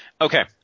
Okay